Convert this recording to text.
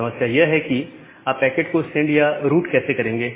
समस्या यह है कि आप पैकेट को सेंड या रूट कैसे करेंगे